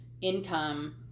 income